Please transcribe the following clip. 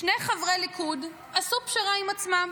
שני חברי ליכוד עשו פשרה עם עצמם